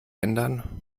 ändern